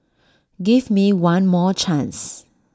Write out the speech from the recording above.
give me one more chance